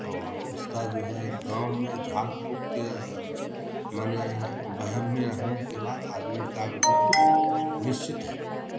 और उसका जो है गाँव में झाड़ फूँक के माने वहम में रहने के बाद आदमी का मृत्यु निश्चित है